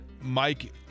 Mike